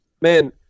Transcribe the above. Man